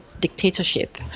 dictatorship